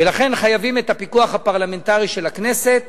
ולכן חייבים את הפיקוח הפרלמנטרי של הכנסת